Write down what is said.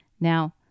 Now